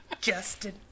Justin